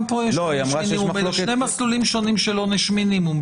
גם פה יש עונש מינימום בין שני מסלולים שונים של עונש מינימום.